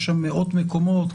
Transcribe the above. יש שם מאות מקומות.